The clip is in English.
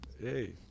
hey